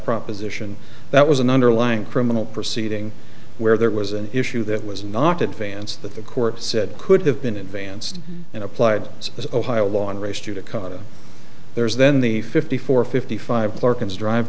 proposition that was an underlying criminal proceeding where there was an issue that was not advanced that the court said could have been advanced and applied as ohio law on race judicata there's then the fifty four fifty five